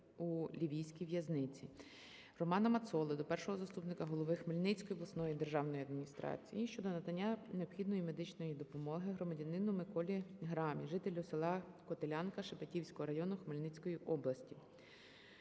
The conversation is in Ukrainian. у Лівійській в'язниці. Романа Мацоли до першого заступника голови Хмельницької обласної державної адміністрації щодо надання необхідної медичної допомоги громадянину Миколі Грамі, жителю села Котелянка Шепетівського району Хмельницької області.